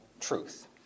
truth